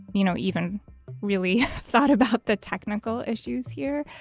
you know, even really thought about the technical issues here.